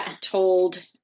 told